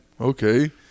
okay